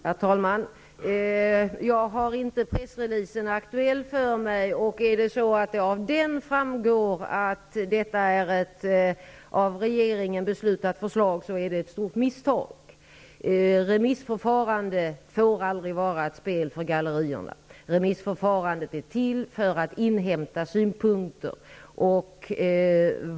Herr talman! Jag har inte pressreleasen aktuell för mig. Om det framgår av den att detta är ett av regeringen beslutat förslag, är det ett stort misstag. Remissförfarande får aldrig vara ett spel för gallerierna. Remissförfarandet är till för att inhämta synpunkter.